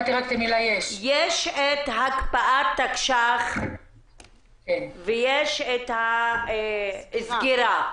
יש הקפאת תקש"ח ויש את הסגירה.